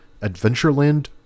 Adventureland